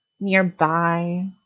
nearby